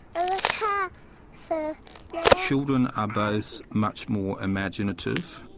ah like and so children are both much more imaginative,